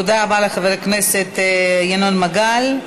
תודה רבה לחבר הכנסת ינון מגל.